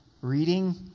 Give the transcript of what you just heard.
reading